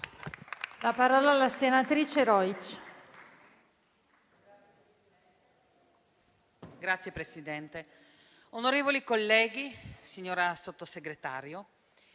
a parlare la senatrice Rojc.